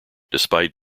despite